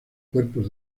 cuerpos